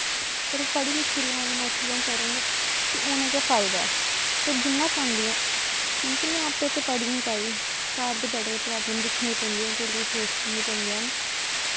पर ओह् पढ़ी लिखी दियां होग नौकरियां करग ते उने गै फायदा ऐ ते ओह् जिन्ना चांह्दियां क्योंकि में आपें ते पढ़ी नी पाई घर दे बड़े प्रॉवलम दिक्खनी पौंदियां कुड़ियें फेस करनियां पौंदियां न